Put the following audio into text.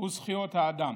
ו"זכויות האדם".